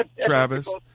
Travis